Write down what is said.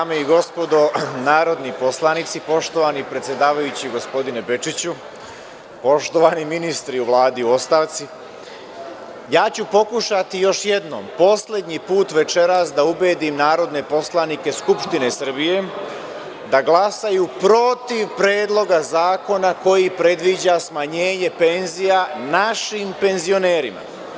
Dame i gospodo narodni poslanici, poštovani predsedavajući, gospodine Bečiću, poštovani ministri u Vladi u ostavci, ja ću pokušati još jednom, poslednji put večeras da ubedim narodne poslanike Skupštine Srbije da glasaju protiv Predloga zakona koji predviđa smanjenje penzija našim penzionerima.